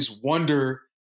wonder